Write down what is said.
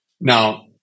Now